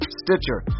stitcher